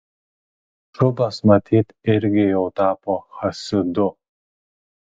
šubas matyt irgi jau tapo chasidu